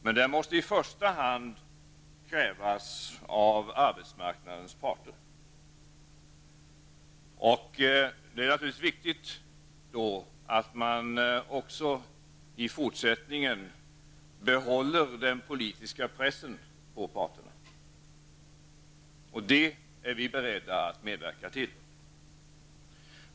Men detta måste i första hand krävas av arbetsmarknadens parter. Det är naturligtvis viktigt att man också i fortsättningen behåller den politiska pressen på parterna. Det är vi beredda att medverka till.